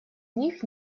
них